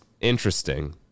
interesting